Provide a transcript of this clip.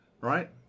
right